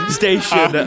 station